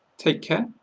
take care.